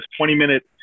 20-minute